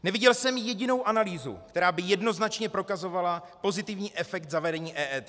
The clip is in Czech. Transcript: Neviděl jsem jedinou analýzu, která by jednoznačně prokazovala pozitivní efekt zavedení EET.